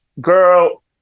girl